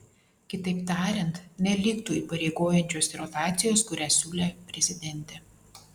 kitaip tariant neliktų įpareigojančios rotacijos kurią siūlė prezidentė